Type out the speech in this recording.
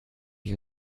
die